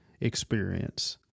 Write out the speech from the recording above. experience